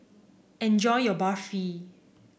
enjoy your Barfi